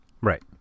Right